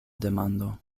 demando